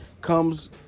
comes